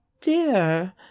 dear